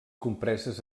compreses